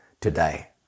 today